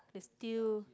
the steel